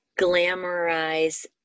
glamorize